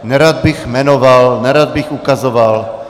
Nerad bych jmenoval, nerad bych ukazoval.